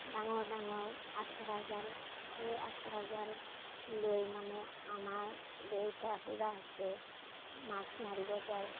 ডাঙৰ ডাঙৰ আচৰা জাল সেই আচৰা জাল লৈ মানে আমাৰ দেউতা খুৰাহঁতে মাছ মাৰিব যায়